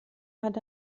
hat